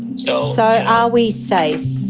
so so are we safe?